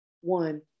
one